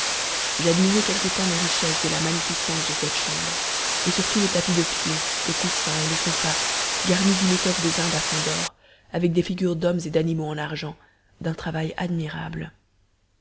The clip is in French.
j'admirai quelque temps les richesses et la magnificence de cette chambre et surtout le tapis de pied les coussins et le sofa garni d'une étoffe des indes à fond d'or avec des figures d'hommes et d'animaux en argent d'un travail admirable